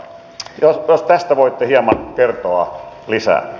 jos tästä voitte hieman kertoa lisää